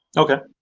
okay.